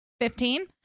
Fifteen